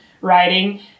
writing